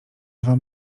wam